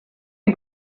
you